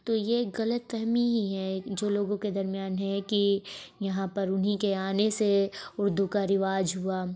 تو یہ ایک غلط فہمی ہی ہے جو لوگوں کے درمیان ہے کہ یہاں پر انہیں کے آنے سے اردو کا رواج ہوا